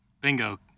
Bingo